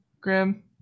Graham